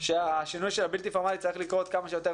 על כך שהשינוי של הבלתי פורמלי צריך לקרות כמה שיותר